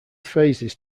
phases